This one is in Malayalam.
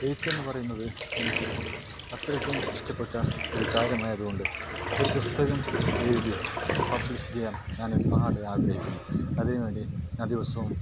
എഴുത്തെന്ന് പറയുന്നത് എനിക്ക് അത്രക്കും ഇഷ്ടപ്പെട്ട ഒരു കാര്യമായത് കൊണ്ട് ഒരു പുസ്തകം എഴുതി പബ്ലിഷ് ചെയ്യാൻ ഞാൻ ഒരുപാട് ആഗ്രഹിക്കുന്നു അതിന് വേണ്ടി ഞാൻ ദിവസവും